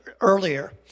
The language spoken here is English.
earlier